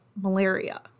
malaria